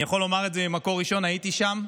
אני יכול לומר את זה ממקור ראשון, הייתי שם,